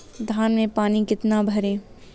धान में पानी कितना भरें?